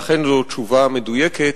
ואכן זו תשובה מדויקת.